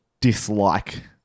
dislike